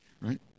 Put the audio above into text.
right